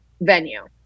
venue